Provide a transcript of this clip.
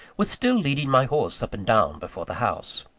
was still leading my horse up and down before the house.